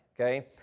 okay